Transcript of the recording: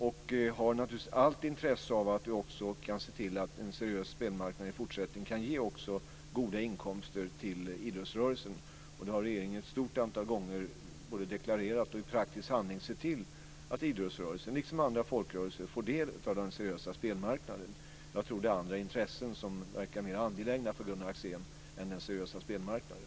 Den har naturligtvis allt intresse av att vi kan se till att en seriös spelmarknad också i fortsättningen kan ge goda inkomster till idrottsrörelsen. Regeringen har ett stort antal gånger både deklarerat detta och i praktiskt handling sett till att idrottsrörelsen, liksom andra folkrörelser, får del av den seriösa spelmarknaden. Jag tror att det är andra intressen än den seriösa spelmarknaden som är mer angelägna för Gunnar Axén.